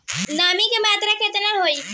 नमी के मात्रा केतना होखे?